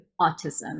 autism